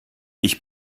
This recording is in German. ich